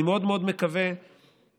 אני מאוד, מאוד, מקווה שהבחירה